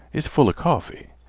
it's full a coffee.